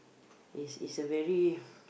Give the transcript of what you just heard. is is a very